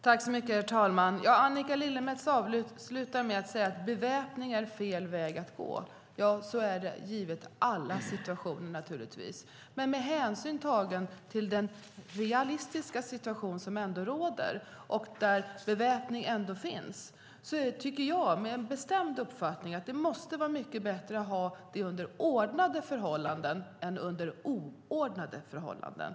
Herr talman! Annika Lillemets avslutar med att säga att beväpning är fel väg att gå. Ja, så är det givetvis i alla situationer. Men med hänsyn till den realistiska situation som ändå råder och där beväpning finns är det min bestämda uppfattning att det måste vara mycket bättre att ha det under ordnade förhållanden än under oordnade förhållanden.